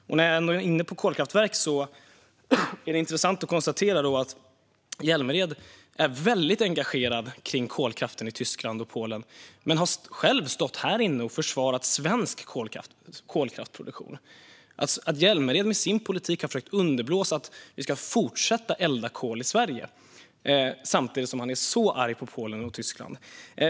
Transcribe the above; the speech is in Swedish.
Och när jag ändå är inne på kolkraftverk är det intressant att konstatera att Hjälmered är väldigt engagerad i frågan om kolkraften i Tyskland och Polen men själv har stått här och försvarat svensk kolkraftproduktion. Hjälmered har med sin politik försökt underblåsa fortsatt eldning av kol i Sverige, samtidigt som han är så arg på Polen och Tyskland.